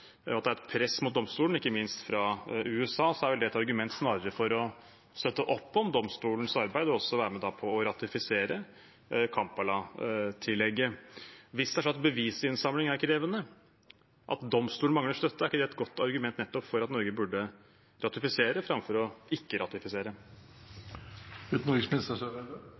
at det er et press mot domstolen, ikke minst fra USA, er vel det snarere et argument for å støtte opp om domstolens arbeid og da være med på å ratifisere Kampala-tillegget. Hvis det er slik at bevisinnsamling er krevende, og at domstolen mangler støtte, er ikke det et godt argument nettopp for at Norge burde ratifisere framfor ikke å